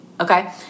Okay